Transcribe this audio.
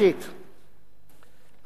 הצעת חוק-יסוד: החקיקה,